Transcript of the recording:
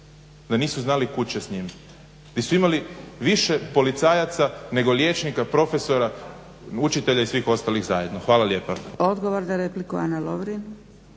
da nisu znali kud će s njim, di su imali više policajaca nego liječnika, profesora, učitelja i svih ostalih zajedno. Hvala lijepa.